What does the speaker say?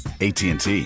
ATT